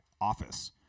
office